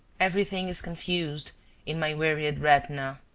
everything is confused in my wearied retina.